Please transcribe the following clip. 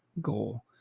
goal